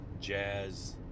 jazz